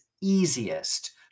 easiest